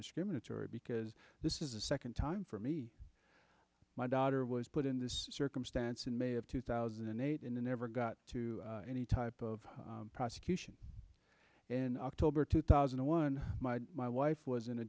discriminatory because this is a second time for me my daughter was put in this circumstance in may of two thousand and eight in the never got to any type of prosecution in october two thousand and one my wife was in a